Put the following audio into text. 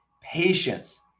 patience